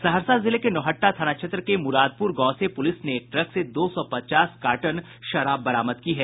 सहरसा जिले के नौहट्टा थाना क्षेत्र के मुरादपुर गांव से पुलिस ने एक ट्रक से दो सौ पचास कार्टन शराब बरामद की है